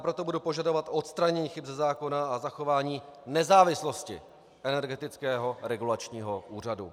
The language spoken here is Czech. Proto budu požadovat odstranění chyb ze zákona a zachování nezávislosti Energetického regulačního úřadu.